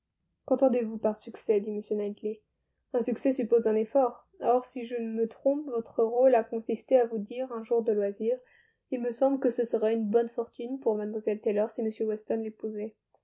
qu'entendez-vous par succès dit m knightley un succès suppose un effort or si je ne me trompe votre rôle a consisté à vous dire un jour de loisir il me semble que ce serait une bonne fortune pour mlle taylor si m weston